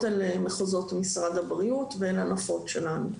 אל מחוזות משרד הבריאות ואל הנפות שלנו.